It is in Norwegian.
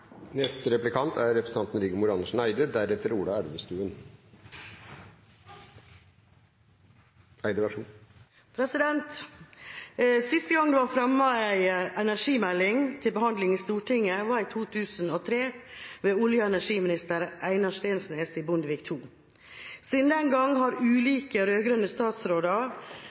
Siste gang det var fremmet en energimelding til behandling i Stortinget, var i 2003 ved olje- og energiminister Einar Steensnæs i Bondevik II. Siden den gang har ulike rød-grønne statsråder,